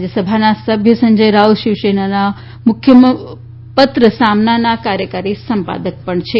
રાજ્યસભાનાં સભ્ય સંજય રાઉત શિવસેનાનાં મુખ્યપત્ર સામનાનાં કાર્યકારી સંપાદક પણ છે